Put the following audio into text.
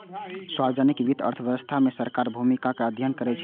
सार्वजनिक वित्त अर्थव्यवस्था मे सरकारक भूमिकाक अध्ययन छियै